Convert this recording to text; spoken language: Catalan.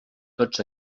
tots